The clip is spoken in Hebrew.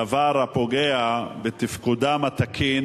דבר הפוגע בתפקודם התקין